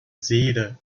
seele